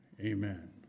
amen